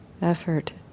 effort